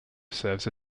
serves